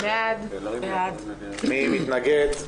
מי מתנגד?